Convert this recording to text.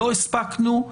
לא הספקנו,